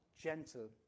gentle